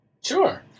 Sure